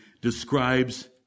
describes